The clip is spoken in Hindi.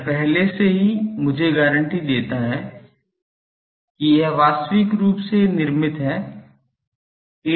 यह पहले से ही मुझे गारंटी देता है कि यह वास्तविक रूप से निर्मित है